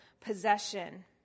possession